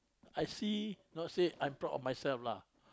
I see not say I'm proud of myself lah